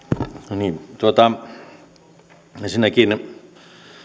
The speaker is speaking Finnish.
ensinnäkin